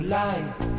life